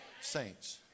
Saints